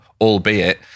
albeit